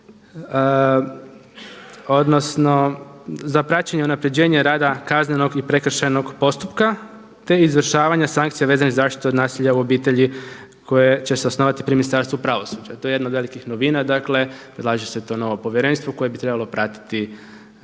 odnosno za praćenje unapređenja rada kaznenog i prekršajnog postupka, te izvršavanja sankcija vezanih za zaštitu nasilja u obitelji koje će se osnovati pri Ministarstvu pravosuđa. To je jedna od velikih novina. Dakle, predlaže se to novo povjerenstvo koje bi trebalo pratiti